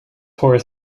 horse